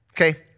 okay